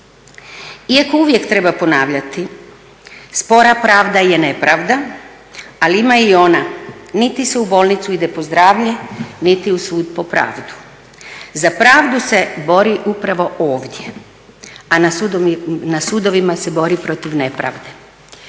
Iako uvijek treba ponavljati spora pravda je nepravda, ali ima i ona niti se u bolnicu ide po zdravlje, niti u sud po pravdu. Za pravdu se bori upravo ovdje, a na sudovima se bori protiv nepravde.